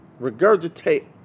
regurgitate